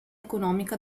economica